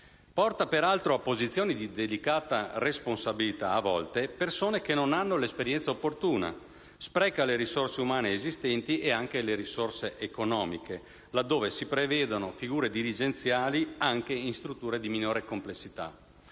peraltro, porta a posizioni di delicata responsabilità persone che non hanno l'esperienza opportuna, spreca le risorse umane esistenti e quelle economiche, laddove si prevedono figure dirigenziali anche in strutture di minore complessità.